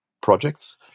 projects